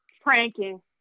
Pranking